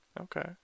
Okay